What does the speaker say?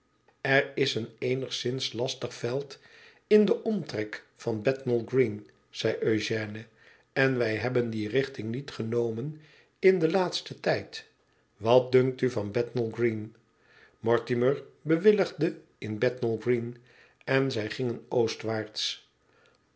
er i een eenigszins lastig veld in den omtrek van bethnal green zei eugène en wij hebben die richting niet genomen in den laatsten tijd wat dunkt u van bethnal green mortimer bewilligde in bethnal green en zij gingen